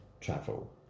travel